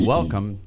Welcome